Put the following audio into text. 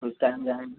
कोई टाइम जाऍंगे